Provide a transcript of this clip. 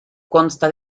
consta